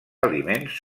aliments